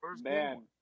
Man